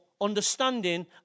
understanding